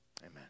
amen